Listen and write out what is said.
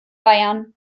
bayern